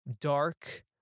dark